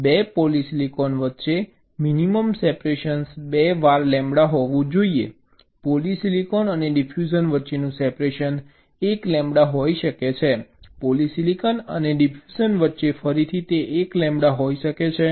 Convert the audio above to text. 2 polysilicon વચ્ચે minimum separation બે વાર લેમ્બડા હોવું જોઈએ પોલિસિલિકોન અને ડિફ્યુઝન વચ્ચેનું સેપરેશન 1 લેમ્બડા હોઈ શકે છે પોલિસિલિકન અને ડિફ્યુઝન વચ્ચે ફરીથી તે 1 લેમ્બડા હોઈ શકે છે